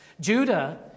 Judah